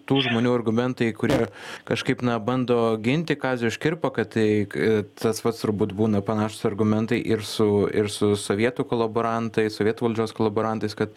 tų žmonių argumentai kurie kažkaip na bando ginti kazį škirpą kad taip tas pats turbūt būna panašūs argumentai ir su ir su sovietų kolaborantais sovietų valdžios kolaborantais kad